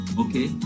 okay